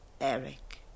Eric